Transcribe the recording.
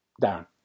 Down